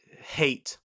hate